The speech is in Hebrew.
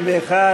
61,